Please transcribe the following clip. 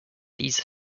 these